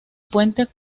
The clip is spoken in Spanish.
puente